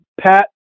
Pat